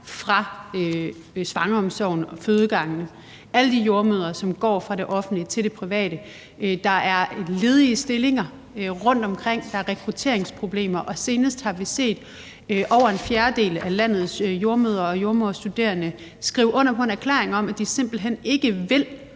fra svangreomsorgen og fødegangene; alle de jordemødre, som går fra det offentlige til det private. Der er ledige stillinger rundtomkring. Der er rekrutteringsproblemer. Og senest har vi set over en fjerdedel af landets jordemødre og jordemoderstuderende skrive under på en erklæring om, at de simpelt hen ikke vil